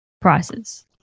prices